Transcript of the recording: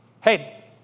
Hey